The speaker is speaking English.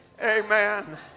amen